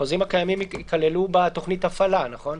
החוזים הקיימים יכללו בתוכנית ההפעלה, נכון?